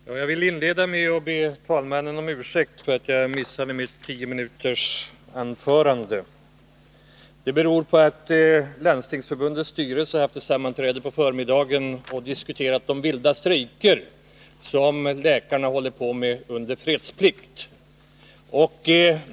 Herr talman! Jag beklagar att jag inte blev i tillfälle att hålla det anförande som jag hade tänkt hålla, eftersom jag var upptagen av sammanträde med Landstingsförbundets styrelse, som diskuterade de vilda läkarstrejker som f.n. pågår.